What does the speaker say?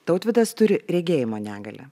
tautvydas turi regėjimo negalią